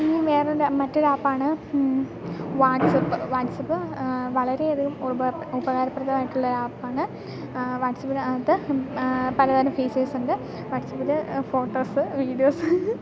ഇനി വേറെ എന്താണ് മറ്റൊരു ആപ്പാണ് വാട്സപ്പ് വാട്സപ്പ് വളരെയധികം ഉപകാരപ്രദായിട്ടുള്ള ഒരു ആപ്പാണ് വാട്സാപ്പിന് അകത്ത് പലതരം ഫീച്ചേഴ്സ് ഉണ്ട് വാട്സപ്പിൽ ഫോട്ടോസ് വീഡിയോസ്